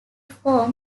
form